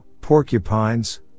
porcupines